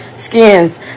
skins